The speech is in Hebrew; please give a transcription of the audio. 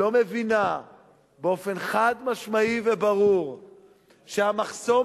לא מבינה באופן חד-משמעי וברור שהמחסום